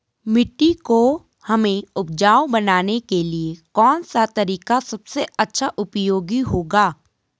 मिट्टी को हमें उपजाऊ बनाने के लिए कौन सा तरीका सबसे अच्छा उपयोगी होगा?